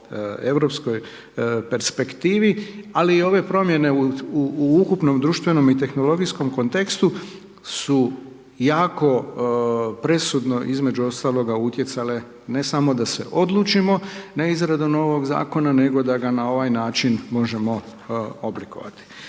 o europskoj perspektivi, ali i ove promjene u ukupnom društvenom i tehnologijskom kontekstu su jako presudno, između ostalog utjecale, ne samo da se odlučimo na izradu ovog zakona, nego da ga na ovaj način možemo oblikovati.